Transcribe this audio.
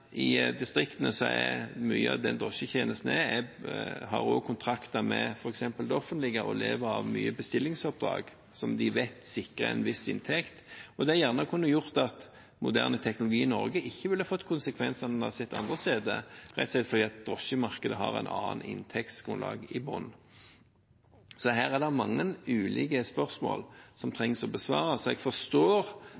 mye av drosjetjenesten i distriktene har kontrakter med f.eks. det offentlige og lever av mange bestillingsoppdrag, som de vet sikrer en viss inntekt. Det har gjerne gjort at moderne teknologi i Norge ikke ville fått de konsekvensene man har sett andre steder, rett og slett fordi drosjemarkedet har et annet inntektsgrunnlag i bunnen. Her er det mange ulike spørsmål som